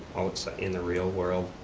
outside in the real world.